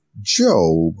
Job